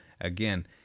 again